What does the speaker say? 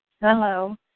Hello